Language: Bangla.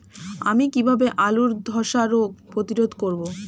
আমি কিভাবে আলুর ধ্বসা রোগ প্রতিরোধ করব?